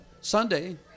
Sunday